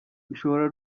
ushobora